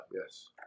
Yes